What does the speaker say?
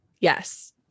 yes